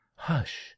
Hush